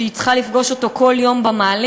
שבו היא צריכה לפגוש אותו כל יום במעלית,